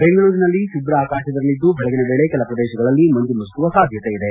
ಬೆಂಗಳೂರಿನಲ್ಲಿ ಶುಭ್ರ ಆಕಾಶವಿರಲಿದ್ದು ಬೆಳಗಿನ ವೇಳೆ ಕೆಲ ಪ್ರದೇಶಗಳಲ್ಲಿ ಮಂಜು ಮುಸುಕುವ ಸಾಧ್ಯತೆ ಇದೆ